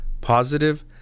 positive